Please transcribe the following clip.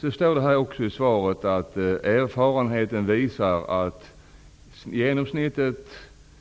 Det står också i svaret att erfarenheten visar att den genomsnittliga tiden